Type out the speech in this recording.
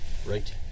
right